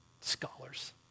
Scholars